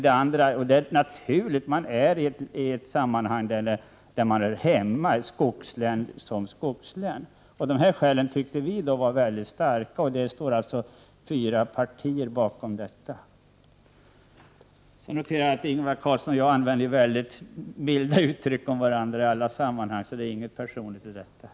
Det är naturligt att man finns med i ett sammanhang där man hör hemma — skogslän som skogslän. För vår del tyckte vi att de nämnda skälen var mycket starka, och det står alltså fyra partier bakom dem. Sedan noterar jag att Ingvar Karlsson i Bengtsfors och jag använder mycket vilda uttryck om varandra i alla sammanhang, men det finns inget personligt i kritiken.